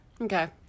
Okay